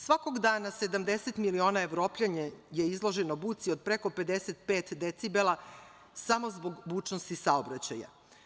Svakog dana 70 miliona Evropljana je izloženo buci od preko 55 decibela samo zbog bučnosti saobraćaja.